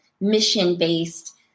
mission-based